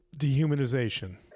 dehumanization